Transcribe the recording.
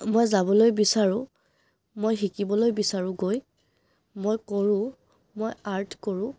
মই যাবলৈ বিচাৰোঁ মই শিকিবলৈ বিচাৰোঁ গৈ মই কৰোঁ মই আৰ্ট কৰোঁ